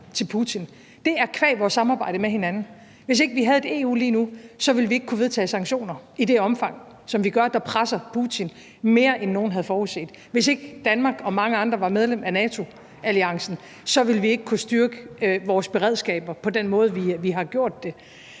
til Putin, er vores samarbejde med hinanden. Hvis ikke vi havde et EU lige nu, ville vi ikke kunne vedtage sanktioner i det omfang, som vi gør, der presser Putin mere, end nogen havde forudset. Hvis ikke Danmark og mange andre var medlemmer af NATO-alliancen, ville vi ikke kunne styrke vores beredskaber på den måde, vi har gjort det.